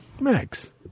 max